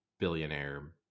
billionaire